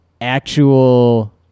actual